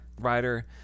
rider